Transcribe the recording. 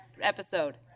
episode